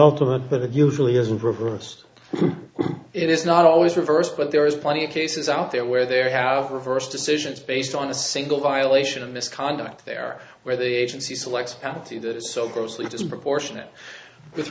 ultimate but it usually isn't rigorous it is not always reversed but there is plenty of cases out there where there have reversed decisions based on a single violation of misconduct there where the agency selects apathy that is so grossly disproportionate with